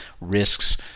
risks